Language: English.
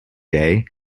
day